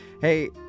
Hey